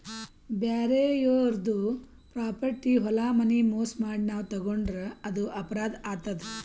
ಬ್ಯಾರೆ ಯಾರ್ದೋ ಪ್ರಾಪರ್ಟಿ ಹೊಲ ಮನಿ ಮೋಸ್ ಮಾಡಿ ನಾವ್ ತಗೋಂಡ್ರ್ ಅದು ಅಪರಾಧ್ ಆತದ್